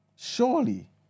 Surely